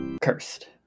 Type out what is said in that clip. cursed